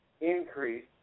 increase